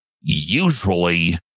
usually